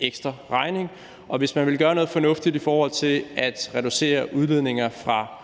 ekstraregning. Hvis man vil gøre noget fornuftigt i forhold til at reducere udledninger fra